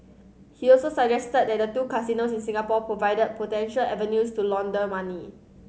he also suggested that the two casinos in Singapore provide potential avenues to launder money